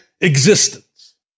existence